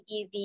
EV